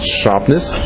sharpness